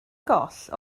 goll